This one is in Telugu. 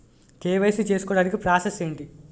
కే.వై.సీ చేసుకోవటానికి ప్రాసెస్ ఏంటి?